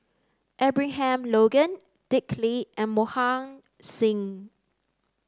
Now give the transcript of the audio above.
Abraham Logan Dick Lee and Mohan Singh